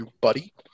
Buddy